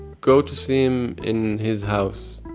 go to see him in his house,